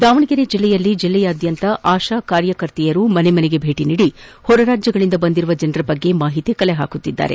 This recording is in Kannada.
ದಾವಣಗೆರೆ ಜಿಲ್ಲೆಯಲ್ಲಿ ಜಿಲ್ಲೆಯಾದ್ಯಂತ ಆಶಾಕಾರ್ಯಕರ್ತೆಯರು ಮನೆ ಮನೆಗೆ ಭೇಟಿ ನೀಡಿ ಹೊರ ರಾಜ್ಯಗಳಿಂದ ಬಂದಿರುವ ಜನರ ಬಗ್ಗೆ ಮಾಹಿತಿ ಕಲೆ ಪಾಕುತ್ತಿದ್ದು